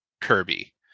kirby